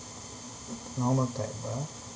normal type ah